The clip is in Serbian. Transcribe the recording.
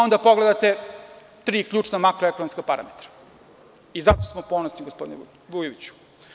Onda pogledate tri ključna makro-ekonomska parametra i zato smo ponosni gospodine Vujoviću.